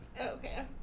Okay